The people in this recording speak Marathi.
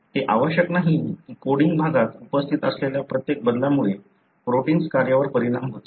हे आवश्यक नाही की कोडिंग भागात उपस्थित असलेल्या प्रत्येक बदलामुळे प्रोटिन्स कार्यावर परिणाम होतो